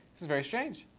this is very strange.